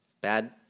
Bad